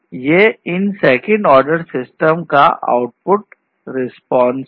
ये इन second order system का आउटपुट रिस्पांस है